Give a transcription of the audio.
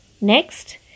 Next